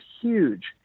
huge